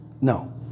No